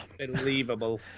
Unbelievable